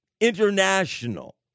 international